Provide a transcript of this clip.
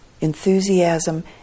enthusiasm